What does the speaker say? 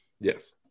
Yes